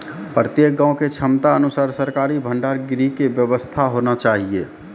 प्रत्येक गाँव के क्षमता अनुसार सरकारी भंडार गृह के व्यवस्था होना चाहिए?